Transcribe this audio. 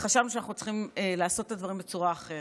וחשבנו שאנחנו צריכים לעשות את הדברים בצורה אחרת.